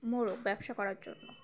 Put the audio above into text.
মোড়ক ব্যবসা করার জন্য